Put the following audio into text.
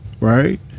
Right